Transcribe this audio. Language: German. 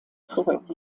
zurück